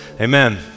Amen